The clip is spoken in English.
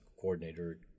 coordinator